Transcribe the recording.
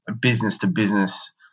business-to-business